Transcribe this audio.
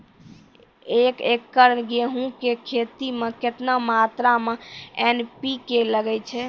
एक एकरऽ गेहूँ के खेती मे केतना मात्रा मे एन.पी.के लगे छै?